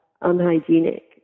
unhygienic